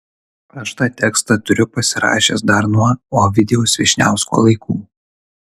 aš tą tekstą turiu pasirašęs dar nuo ovidijaus vyšniausko laikų